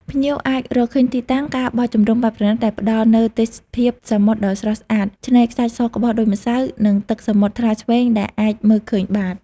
ភ្ញៀវអាចរកឃើញទីតាំង ការបោះជំរំបែបប្រណីត ដែលផ្តល់នូវទេសភាពសមុទ្រដ៏ស្រស់ស្អាត ឆ្នេរខ្សាច់សក្បុសដូចម្សៅ និងទឹកសមុទ្រថ្លាឈ្វេងដែលអាចមើលឃើញបាត។